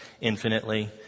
infinitely